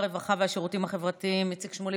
הרווחה והשירותים החברתיים איציק שמולי,